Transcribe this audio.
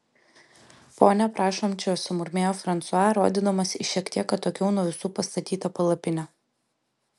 ponia prašom čia sumurmėjo fransua rodydamas į šiek tiek atokiau nuo visų pastatytą palapinę